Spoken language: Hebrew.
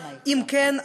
אם כן,